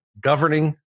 governing